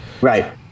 Right